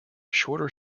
shorter